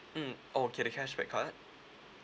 mm okay the cashback card